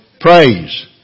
Praise